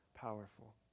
powerful